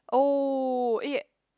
oh it